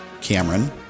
Cameron